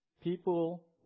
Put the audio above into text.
People